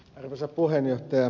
arvoisa puhemies